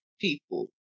people